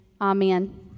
Amen